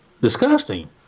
disgusting